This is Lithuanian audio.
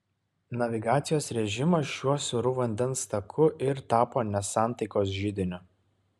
navigacijos režimas šiuo siauru vandens taku ir tapo nesantaikos židiniu